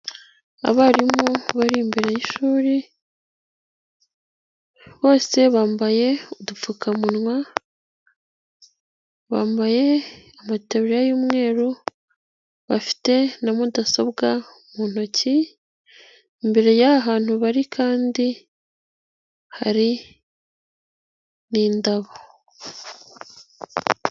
Abarimu bari imbere y'ishuri bose bambaye udupfukamunwa, bambaye amataburiya y'umweru, bafite na mudasobwa mu ntoki, imbere y'aha hantu bari kandi hari n'indabo.